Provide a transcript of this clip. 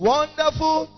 Wonderful